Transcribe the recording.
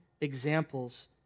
examples